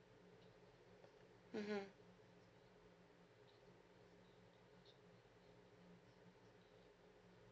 mmhmm